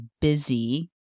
busy